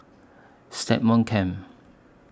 Stagmont Camp